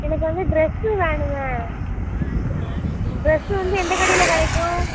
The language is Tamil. எனக்கு வந்து ட்ரெஸ்ஸு வேணுமே ட்ரெஸ் ட்ரெஸ்ஸு வந்து எந்த கடையில் கிடைக்கும்